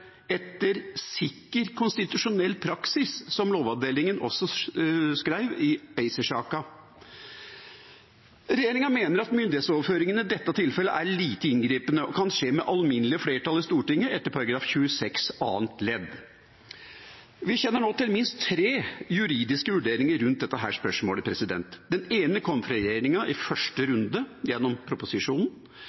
sikker konstitusjonell praksis», som Lovavdelingen skrev i ACER-saka. Regjeringa mener at myndighetsoverføringen i dette tilfellet er «lite inngripende» og kan skje med alminnelig flertall i Stortinget etter Grunnloven § 26 andre ledd. Vi kjenner nå til minst tre juridiske vurderinger rundt dette spørsmålet. Den ene kom fra regjeringa i første runde gjennom proposisjonen,